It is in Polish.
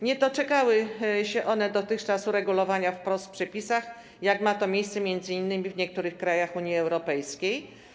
Nie doczekały się one dotychczas uregulowania wprost w przepisach, jak ma to miejsce m.in. w niektórych krajach Unii Europejskiej.